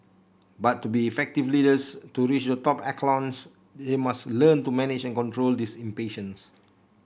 but to be effective leaders to reach the top echelons they must learn to manage and control this impatience